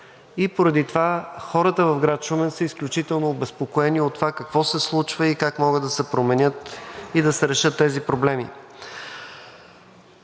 Поради това хората в град Шумен са изключително обезпокоени от това какво се случва и как може да се променят и да се решат тези проблеми.